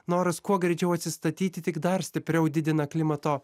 noras kuo greičiau atsistatyti tik dar stipriau didina klimato